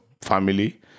family